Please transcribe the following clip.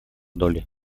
долли